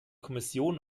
kommission